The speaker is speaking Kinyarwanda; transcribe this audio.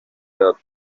york